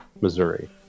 Missouri